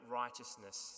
righteousness